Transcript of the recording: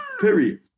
period